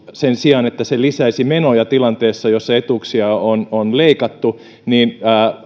sen sijaan että se vähentäisi menoja tilanteessa jossa etuuksia on on leikattu ollut kiusaus